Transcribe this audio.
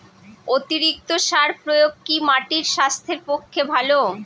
অতিরিক্ত সার প্রয়োগ কি মাটির স্বাস্থ্যের পক্ষে ভালো?